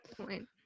point